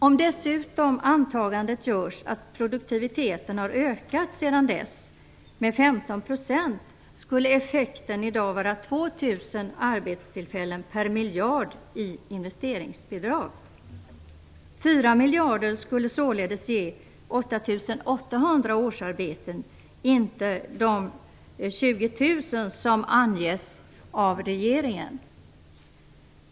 Om dessutom antagandet görs att produktiviteten sedan dess har ökat med 15 %, skulle effekten i dag vara 2 200 arbetstillfällen per miljard i investeringsbidrag. 4 miljarder skulle således ge 8 800 årsarbeten, inte 20 000, som anges av regeringen.